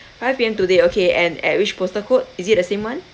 5 P_M today okay and at which postal code is it the same [one]